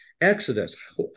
exodus